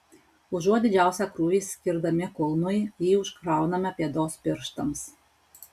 užuot didžiausią krūvį skirdami kulnui jį užkrauname pėdos pirštams